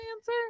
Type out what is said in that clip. answer